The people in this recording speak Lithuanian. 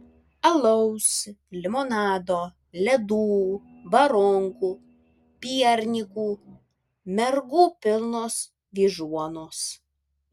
alaus limonado ledų baronkų piernykų mergų pilnos vyžuonos